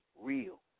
real